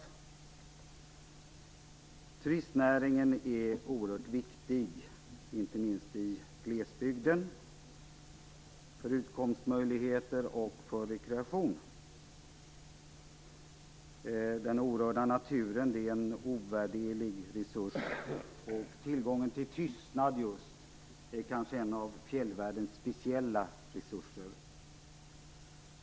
Turistnäringen är oerhört viktig, inte minst i glesbygden, för utkomstmöjligheter och för rekreation. Den orörda naturen är en ovärderlig resurs, och just tillgången till tystnad är kanske en av fjällvärldens speciella resurser.